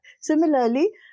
Similarly